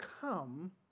come